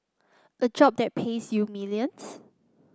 a job that pays you millions